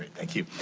thank you.